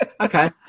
Okay